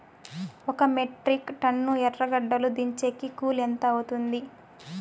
ఒక metric ton ఎర్రగడ్డలు దించేకి కూలి ఎంత అవుతుంది?